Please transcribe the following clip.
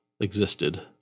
existed